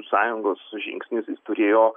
sąjungos žingsnis jis turėjo